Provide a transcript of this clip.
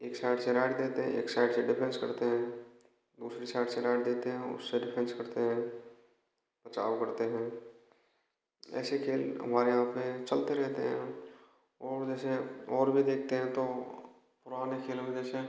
एक सैड से रैड देते हैं एक सैड से डिफेंस करते हैं दूसरी सैड से रैड देते हैं उस सैड डिफेंस करते हैं बचाव करते हैं ऐसे ही खेल में हमारे यहाँ पे चलते रहते हैं हम और जैसे और भी देखते हैं तो पुराने खेलों में जैसे